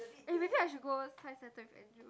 eh maybe I should go science centre with andrew